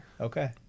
Okay